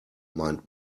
meint